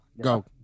Go